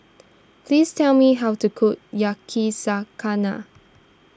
please tell me how to cook Yakizakana